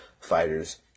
fighters